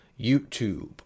YouTube